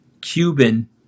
Cuban